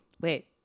wait